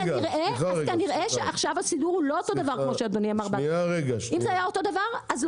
אז כנראה שעכשיו הסידור לא אותו דבר כמו שאדוני אמר בהתחלה,